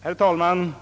Herr talman!